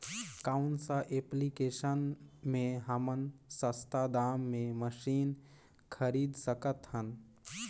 कौन सा एप्लिकेशन मे हमन सस्ता दाम मे मशीन खरीद सकत हन?